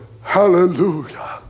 Hallelujah